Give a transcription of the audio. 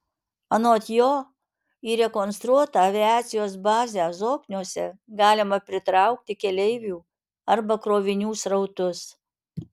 anot jo į rekonstruotą aviacijos bazę zokniuose galima pritraukti keleivių arba krovinių srautus